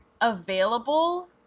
available